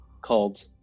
called